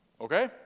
okay